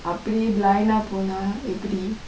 அப்படி:apdi line போனா எப்படி:ponaa epdi